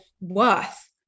worth